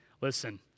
Listen